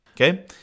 Okay